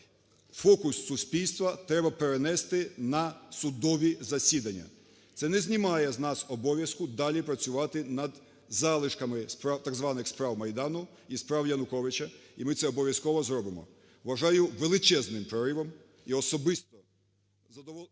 Фокус суспільства треба перенести на судові засідання. Це не знімає з нас обов'язку далі працювати над залишками так званих "справ Майдану" і "справ Януковича", і ми це обов'язково зробимо. Вважаю величезним проривом і… ГОЛОВУЮЧИЙ.